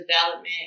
development